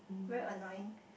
very annoying